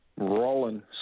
rolling